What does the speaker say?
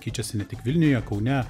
keičiasi ne tik vilniuje kaune